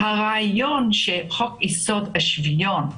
הרעיון שחוק-יסוד: שוויון,